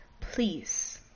Please